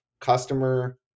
customer